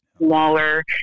smaller